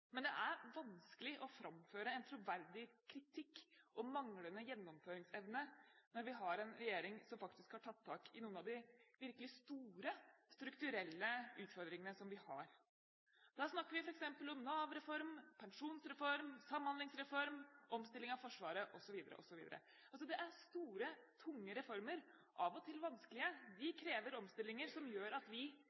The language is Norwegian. men det er vanskelig å framføre en troverdig kritikk om manglende gjennomføringsevne når vi har en regjering som faktisk har tatt tak i noen av de virkelig store strukturelle utfordringene vi har. Da snakker vi f.eks. om Nav-reform, pensjonsreform, samhandlingsreform, omstilling av Forsvaret osv., osv. Det er store, tunge reformer – av og til vanskelige. De krever omstillinger som gjør at vi